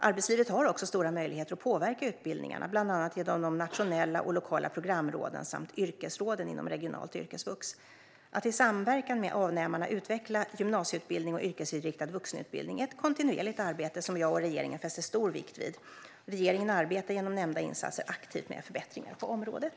Arbetslivet har också stora möjligheter att påverka utbildningarna, bland annat genom de nationella och lokala programråden samt yrkesråden inom regionalt yrkesvux. Att i samverkan med avnämarna utveckla gymnasieutbildning och yrkesinriktad vuxenutbildning är ett kontinuerligt arbete som jag och regeringen fäster stor vikt vid. Regeringen arbetar genom nämnda insatser aktivt med förbättringar på området.